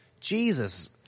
Jesus